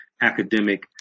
academic